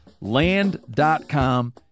Land.com